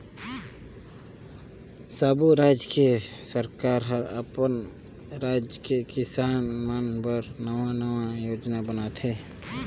सब्बो रायज के सरकार हर अपन राज के किसान मन बर नांवा नांवा योजना बनाथे